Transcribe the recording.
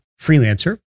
freelancer